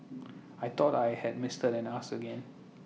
I thought I had Mister and asked again